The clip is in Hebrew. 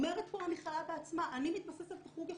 אומרת פה המכללה בעצמה, אני מתבססת על חוג אחד.